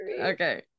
Okay